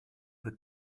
that